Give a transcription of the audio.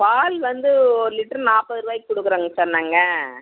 பால் வந்து ஒரு லிட்ரு நாற்பது ரூபாய்க்கு கொடுக்குறோங்க சார் நாங்கள்